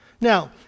Now